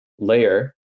Layer